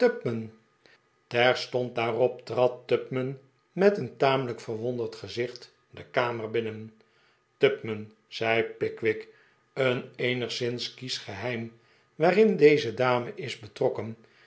terstond daarop trad tupman met een tamelijk verwonderd gezicht de kamer binnen tupman zei pickwick een eenigszins kiesch geheim waarin deze dame is betrokken